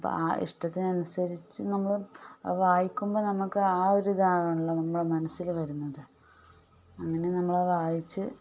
അപ്പോൾ ആ ഇഷ്ടത്തിന് അനുസരിച്ച് നമ്മൾ വായിക്കുമ്പോൾ നമുക്ക് ആ ഒരു ഇതാണല്ലോ നമ്മുടെ മനസ്സിൽ വരുന്നത് അങ്ങനെ നമ്മൾ വായിച്ച്